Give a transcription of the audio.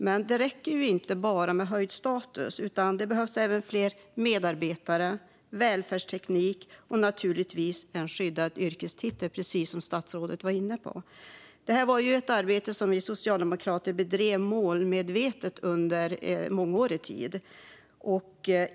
Men det räcker inte med bara höjd status, utan det behövs även fler medarbetare, välfärdsteknik och naturligtvis en skyddad yrkestitel, precis som statsrådet var inne på. Detta var ett arbete som vi socialdemokrater bedrev målmedvetet under många år.